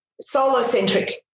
solo-centric